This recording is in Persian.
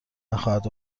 نخواهد